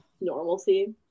normalcy